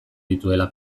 dituela